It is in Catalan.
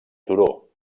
turó